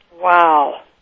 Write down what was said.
Wow